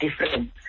different